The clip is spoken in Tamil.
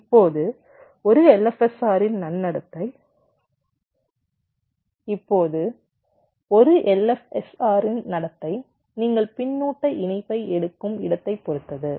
இப்போது ஒரு LFSRன் பண்பு நீங்கள் பின்னூட்ட இணைப்பை எடுக்கும் இடத்தைப் பொறுத்தது